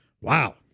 Wow